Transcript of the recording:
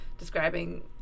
describing